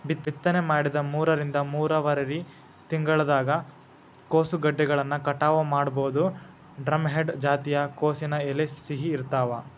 ಬಿತ್ತನೆ ಮಾಡಿದ ಮೂರರಿಂದ ಮೂರುವರರಿ ತಿಂಗಳದಾಗ ಕೋಸುಗೆಡ್ಡೆಗಳನ್ನ ಕಟಾವ ಮಾಡಬೋದು, ಡ್ರಂಹೆಡ್ ಜಾತಿಯ ಕೋಸಿನ ಎಲೆ ಸಿಹಿ ಇರ್ತಾವ